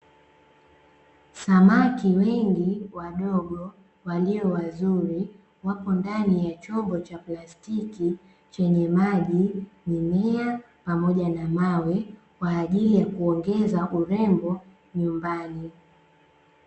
Samaki wengi wadogo walio wazuri, wapo ndani ya chombo cha plastiki chenye maji, mimea, pamoja na mawe, kwa ajili ya kuongeza urembo nyumbani.